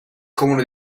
comune